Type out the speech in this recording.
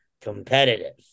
competitive